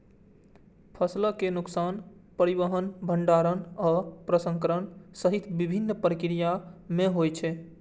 फसलक नुकसान परिवहन, भंंडारण आ प्रसंस्करण सहित विभिन्न प्रक्रिया मे होइ छै